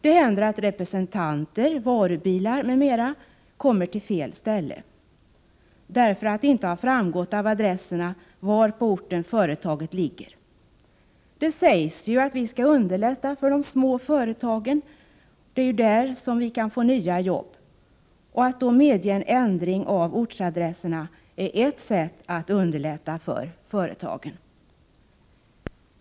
Det händer att representanter, varubilar osv. kommer till fel ställe därför det inte framgått av adresserna var på orten företaget ligger. Det sägs ju att vi skall underlätta för de små företagen — det är ju där som vi kan få nya jobb. Att medge en ändring av ortsadresserna är ett sätt att underlätta för företagen.